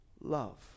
love